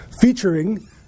featuring